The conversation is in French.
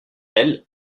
elles